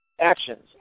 actions